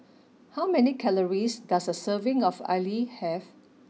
how many calories does a serving of Idly have